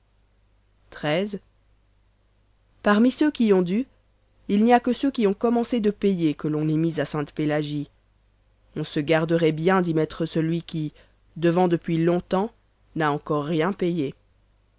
xiii parmi ceux qui ont dû il n'y a que ceux qui ont commencé de payer que l'on ait mis à sainte-pélagie on se garderait bien d'y mettre celui qui devant depuis long-temps n'a encore rien payé